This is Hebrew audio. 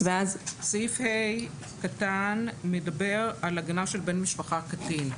סעיף קטן (ה) מדבר על הגנה של בן משפחה קטין.